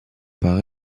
par